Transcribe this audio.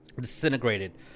disintegrated